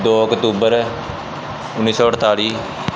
ਦੋ ਅਕਤੂਬਰ ਉੱਨੀ ਸੌ ਅਠਤਾਲੀ